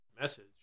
message